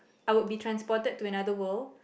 I would be transported to another world